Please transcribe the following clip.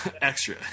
extra